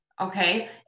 Okay